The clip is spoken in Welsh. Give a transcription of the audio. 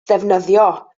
ddefnyddio